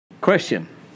Question